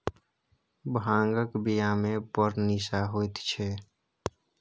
भांगक बियामे बड़ निशा होएत छै